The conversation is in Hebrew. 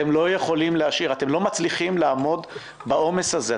אתם לא יכולים להשאיר -- -אתם לא מצליחים לעמוד בעומס הזה.